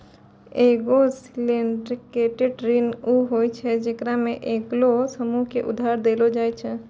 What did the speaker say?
एगो सिंडिकेटेड ऋण उ होय छै जेकरा मे एगो समूहो के उधार देलो जाय छै